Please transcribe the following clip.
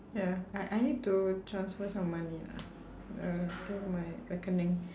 ya I I need to transfer some money lah uh to my